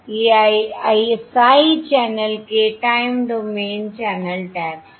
ये ISI channel के time domain channel taps हैं